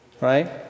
right